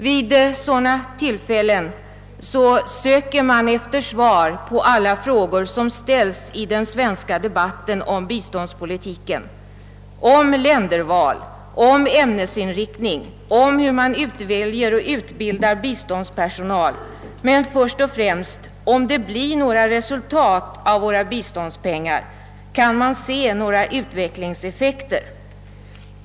Vid sådana tillfällen söker man efter svar på alla frågor som ställts i den svenska debatten om biståndspolitiken, om val av länder, om ämnesinriktning, om hur man utväljer och utbildar personal men först och främst om det blir några resultat av våra biståndspengar, om man kan se några utvecklingseffekter.